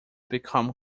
become